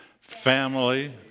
family